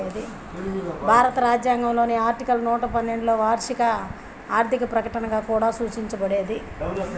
భారత రాజ్యాంగంలోని ఆర్టికల్ నూట పన్నెండులోవార్షిక ఆర్థిక ప్రకటనగా కూడా సూచించబడేది